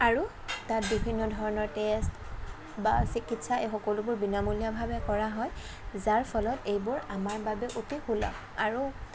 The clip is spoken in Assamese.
আৰু তাত বিভিন্ন ধৰণৰ টেষ্ট বা চিকিৎসা এই সকলোবোৰ বিনামূলীয়াভাৱে কৰা হয় যাৰ ফলত এইবোৰ আমাৰ বাবে অতি সুলভ আৰু